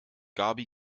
gaby